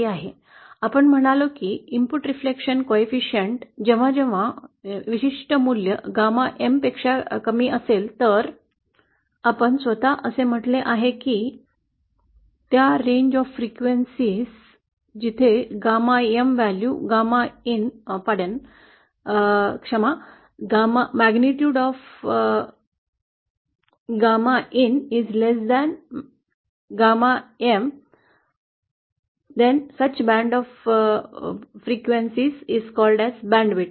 आपण म्हणालो की इनपुट रिफ्लेक्शन सहकार्य क्षम जेव्हा जेव्हा विशिष्ट मूल्य गॅमा एम पेक्षा कमी असेल तर आपण स्वत असे म्हटले आहे की gamma M value gamma in क्षमा गॅमा IN ची तीव्रता गॅमा एम पेक्षा कमी असते